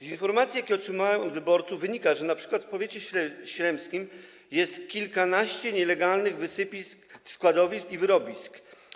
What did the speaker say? Z informacji, jakie otrzymałem od wyborców, wynika, że np. w powiecie śremskim jest kilkanaście nielegalnych wysypisk, składowisk i wyrobisk.